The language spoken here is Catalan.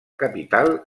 capital